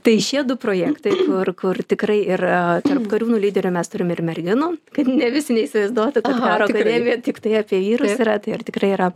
tai šie du projektai kur kur tikrai ir tarp kariūnų lyderių mes turim ir merginų kad ne visi neįsivaizduotų ta karo akademija tiktai apie vyrus yra tai ar tikrai yra